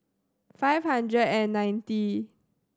five hundred and ninety